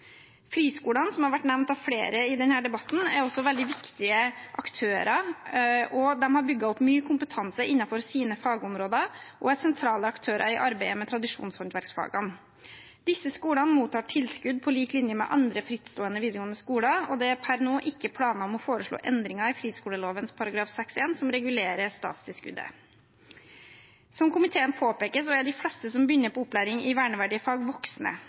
Friskolene, som har vært nevnt av flere i denne debatten, er også veldig viktige aktører. De har bygd opp mye kompetanse innenfor sine fagområder og er sentrale aktører i arbeidet med tradisjonshåndverksfagene. Disse skolene mottar tilskudd på lik linje med andre frittstående videregående skoler, og det er per nå ikke planer om å foreslå endringer i friskoleloven § 6-1, som regulerer statstilskuddet. Som komiteen påpeker, er de fleste som begynner på opplæring i verneverdige fag, voksne.